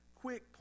quick